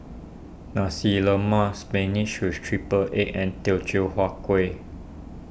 Nasi Lemak Spinach with Triple Egg and Teochew Huat Kuih